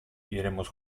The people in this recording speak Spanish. iremos